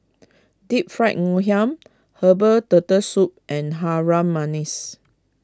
Deep Fried Ngoh Hiang Herbal Turtle Soup and Harum Manis